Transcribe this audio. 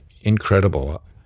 incredible